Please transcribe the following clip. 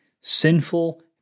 sinful